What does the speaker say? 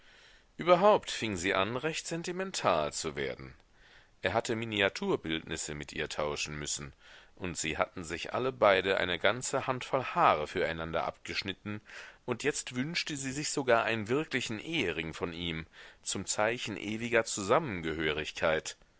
überhaupt fing sie an recht sentimental zu werden er hatte miniaturbildnisse mit ihr tauschen müssen und sie hatten sich alle beide eine ganze handvoll haare für einander abgeschnitten und jetzt wünschte sie sich sogar einen wirklichen ehering von ihm zum zeichen ewiger